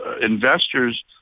investors